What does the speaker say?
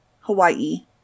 Hawaii